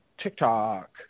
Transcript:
TikTok